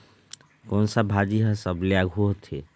कोन सा भाजी हा सबले आघु होथे?